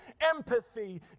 empathy